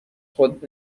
خود